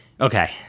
okay